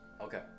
Okay